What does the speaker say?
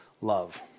Love